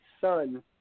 son